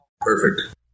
Perfect